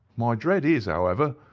my dread is, however,